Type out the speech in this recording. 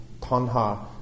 tanha